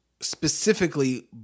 Specifically